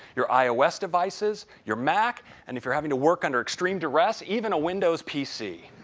your ios devices, your mac, and if you're having to work under extreme duress even a windows pc.